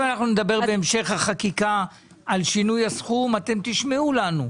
אם אנחנו נדבר בהמשך החקיקה על שינוי הסכום אתם תשמעו לנו?